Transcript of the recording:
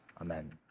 amen